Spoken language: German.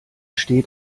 steht